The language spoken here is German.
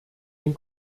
den